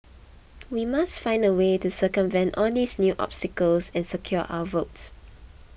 we must find a way to circumvent all these new obstacles and secure our votes